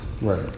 Right